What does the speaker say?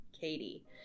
Katie